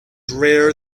rare